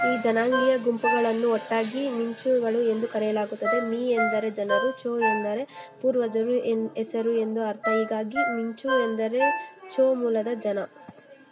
ಈ ಜನಾಂಗೀಯ ಗುಂಪುಗಳನ್ನು ಒಟ್ಟಾಗಿ ಮಿಝೋಗಳು ಎಂದು ಕರೆಯಲಾಗುತ್ತದೆ ಮಿ ಎಂದರೆ ಜನರು ಝೋ ಎಂದರೆ ಪೂರ್ವಜರು ಎಂದು ಹೆಸರು ಎಂದು ಅರ್ಥ ಹೀಗಾಗಿ ಮಿಝೋ ಎಂದರೆ ಝೋ ಮೂಲದ ಜನ